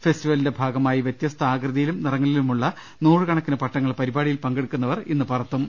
ഫെസ്റ്റി വലിന്റെ ഭാഗമായി വ്യത്യസ്ത ആകൃതിയിലും നിറങ്ങളിലുമുള്ള നൂറുക ണക്കിന് പട്ടങ്ങൾ പരിപാടിയിൽ പങ്കെടുക്കുന്നവർ ഇന്ന് പറത്തും